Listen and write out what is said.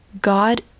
God